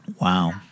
Wow